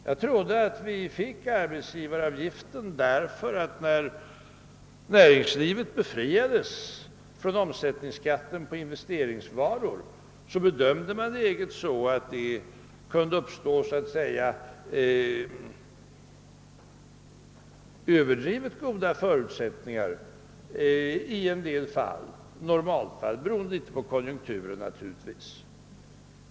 Jag trodde att arbetsgivaravgiften infördes därför att man, när näringslivet befriades från omsättningsskatten på investeringsvaror, bedömde läget så, att det kunde uppstå låt mig säga överdrivet goda förutsättningar i en del normalfall, naturligtvis delvis beroende på konjunkturen.